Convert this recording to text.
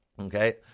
okay